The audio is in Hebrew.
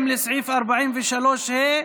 לסעיף 43ה(א)